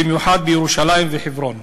במיוחד בירושלים ובחברון,